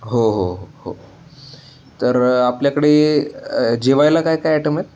हो हो हो तर आपल्याकडे जेवायला काय काय ॲटम आहे